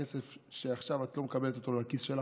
את הכסף את לא מקבלת לכיס שלך,